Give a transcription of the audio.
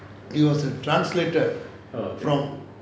he was a translator from